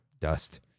dust